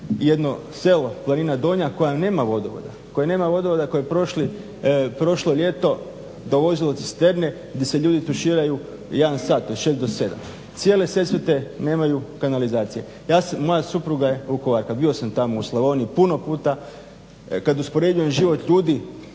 koja nema vodovoda, koja nema vodovoda, koja je prošlo ljeto dovozila cisterne di se ljudi tuširaju jedan sat od 6 do 7. Cijele Sesvete nemaju kanalizacije. Ja sam, moja supruga je Vukovarka, bio sam tamo u Slavoniji puno puta, kad uspoređujem život ljudi